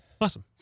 Awesome